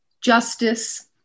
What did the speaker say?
justice